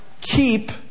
keep